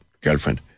girlfriend